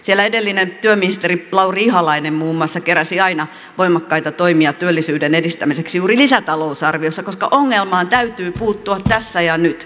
siellä edellinen työministeri lauri ihalainen muun muassa keräsi aina voimakkaita toimia työllisyyden edistämiseksi juuri lisätalousarviossa koska ongelmaan täytyy puuttua tässä ja nyt